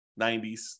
90s